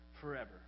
forever